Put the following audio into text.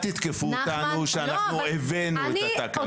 אני תקפתי אותו במליאה על זה שהוא לא הביא אז את התקנות.